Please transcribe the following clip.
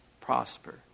prosper